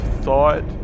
thought